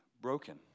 broken